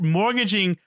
mortgaging